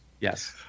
Yes